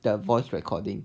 the voice recording